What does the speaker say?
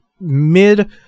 mid-